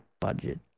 budget